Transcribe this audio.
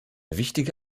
wichtige